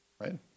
right